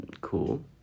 Cool